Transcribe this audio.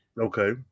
Okay